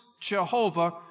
Jehovah